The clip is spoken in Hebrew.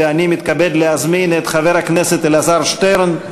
אני מתכבד להזמין את חבר הכנסת אלעזר שטרן.